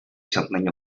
something